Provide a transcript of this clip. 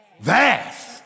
Vast